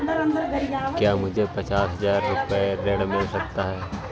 क्या मुझे पचास हजार रूपए ऋण मिल सकता है?